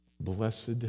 Blessed